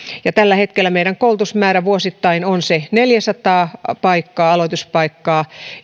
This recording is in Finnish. tällä hetkellä meidän koulutusmäärä vuosittain on se neljäsataa aloituspaikkaa